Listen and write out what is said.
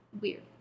weird